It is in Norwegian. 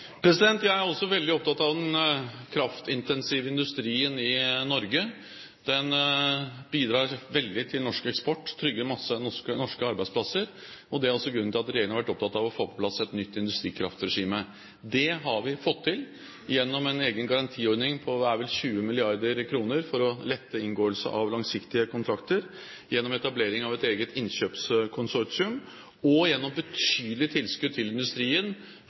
Jeg er også veldig opptatt av den kraftintensive industrien i Norge. Den bidrar veldig til norsk eksport og trygger mange norske arbeidsplasser. Det er også grunnen til at regjeringen har vært opptatt av å få på plass et nytt industrikraftregime. Det har vi fått til gjennom en egen garantiordning på 20 mrd. kr – er det vel – for å lette inngåelse av langsiktige kontrakter, gjennom etablering av et eget innkjøpskonsortium og gjennom betydelige tilskudd til industrien